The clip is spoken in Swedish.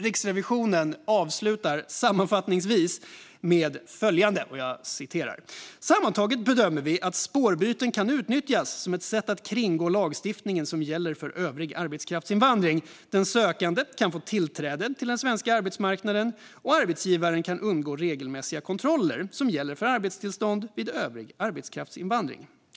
Riksrevisionen avslutar sammanfattningsvis med följande: "Sammantaget bedömer vi att spårbyte kan utnyttjas som ett sätt att kringgå lagstiftningen som gäller för övrig arbetskraftsinvandring. Den sökande kan få tillträde till den svenska arbetsmarknaden och arbetsgivaren kan undgå regelmässiga kontroller som gäller för arbetstillstånd vid övrig arbetskraftsinvandring."